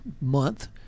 month